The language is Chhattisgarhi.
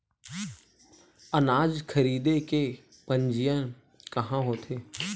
अनाज खरीदे के पंजीयन कहां होथे?